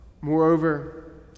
Moreover